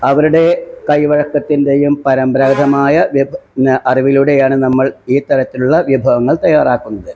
അവരുടെ കൈവഴക്കത്തിന്റെയും പരമ്പരാഗതമായ അറിവിലൂടെയുമാണ് നമ്മള് ഈ തരത്തിലുള്ള വിഭവങ്ങള് തയ്യാറാക്കുന്നത്